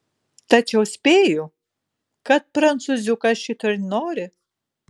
tačiau spėju kad prancūziukas šito ir nori